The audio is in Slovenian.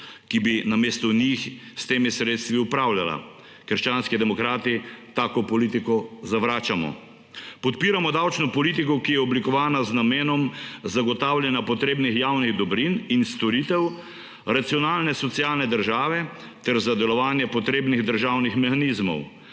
ki bi namesto njih s temi sredstvi upravljala. Krščanski demokrati tako politiko zavračamo. Podpiramo davčno politiko, ki je oblikovana z namenom zagotavljanja potrebnih javnih dobrin in storitev racionalne socialne države ter za delovanje potrebnih državnih mehanizmov,